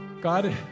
God